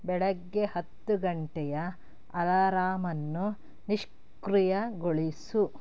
ಬೆಳಗ್ಗೆ ಹತ್ತು ಗಂಟೆಯ ಅಲಾರಾಮನ್ನು ನಿಷ್ಕ್ರಿಯಗೊಳಿಸು